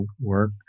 work